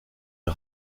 est